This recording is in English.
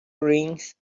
rings